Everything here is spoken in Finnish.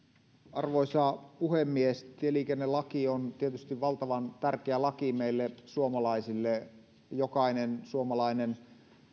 arvoisa puhemies tieliikennelaki on tietysti valtavan tärkeä laki meille suomalaisille jokainen suomalainen